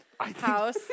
house